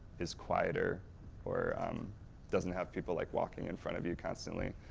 is quieter or doesn't have people like walking in front of you constantly.